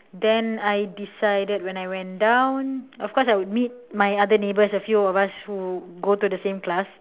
then I decided when I went down of course I would meet my other neighbors a few of us who go to same class